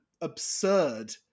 absurd